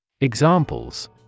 Examples